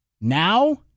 now